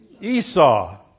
Esau